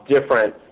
different